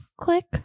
click